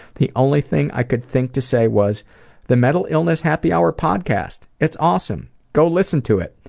the only thing i could think to say was the mental illness happy hour podcast! it's awesome. go listen to it,